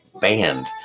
band